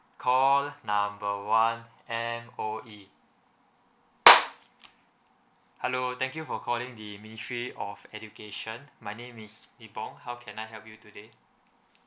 call number one M_O_E hello thank you for calling the ministry of education my name is nippon how can I help you today